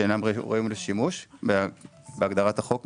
שאינם ראויים לשימוש בהגדרת החוק,